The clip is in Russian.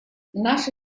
наша